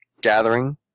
gathering